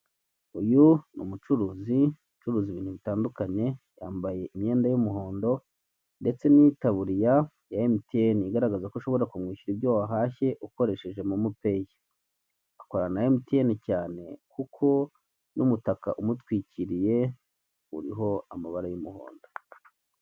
Uyu ni umucuruzi ucuruza ibantu bitandukanye yamabaye imyenda y'umuhondo ndetse n'itaburiya ya emutuyene, igaragaza ko ushobora kumwishyura ibyo wahashye ukoresheje akorana na emutiyene, cyane kuko n'umutaka umutwikiriye uriho amabara y'umuhondo.